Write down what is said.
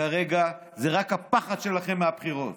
כרגע זה רק הפחד שלכם מהבחירות.